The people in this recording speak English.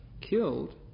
killed